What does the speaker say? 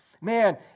man